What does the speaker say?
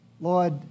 Lord